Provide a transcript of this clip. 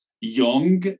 young